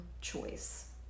choice